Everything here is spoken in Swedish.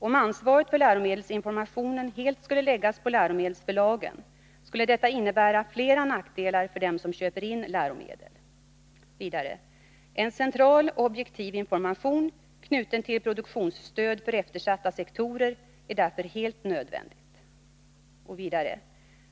Om ansvaret för läromedelsinformationen helt skulle läggas på läromedelsförlagen skulle det innebära flera nackdelar för dem som köper in läromedel. —-—— En statlig objektiv information knuten till produktionsstöd för eftersatta sektorer är därför en nödvändighet.